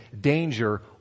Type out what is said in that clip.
danger